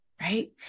Right